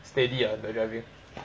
steady ah the driving